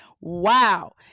Wow